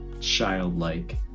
childlike